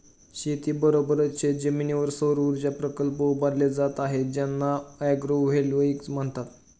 शेतीबरोबरच शेतजमिनीवर सौरऊर्जा प्रकल्प उभारले जात आहेत ज्यांना ॲग्रोव्होल्टेईक म्हणतात